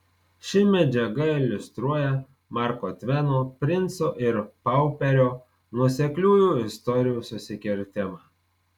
ši medžiaga iliustruoja marko tveno princo ir pauperio nuosekliųjų istorijų susikirtimą